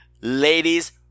ladies